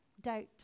doubt